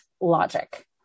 logic